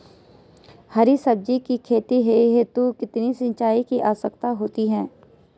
हरी सब्जी की खेती हेतु कितने सिंचाई की आवश्यकता होती है?